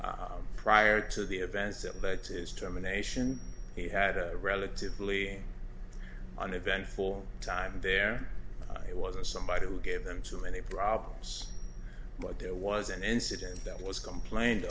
male prior to the events that led to his termination he had a relatively uneventful time there it wasn't somebody who gave them too many problems but there was an incident that was complained